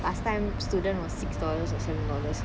last time student was six dollars or seven dollars